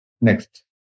Next